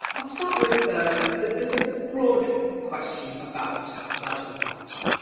i'll start with ah there's a broad question about about democracy.